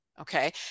Okay